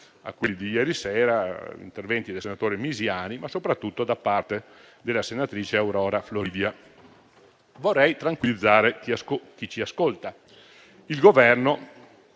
a quelli di ieri - tra i quali quelli del senatore Misiani e soprattutto della senatrice Aurora Floridia. Vorrei tranquillizzare chi ci ascolta: al Governo